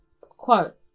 Quote